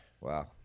Wow